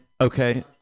Okay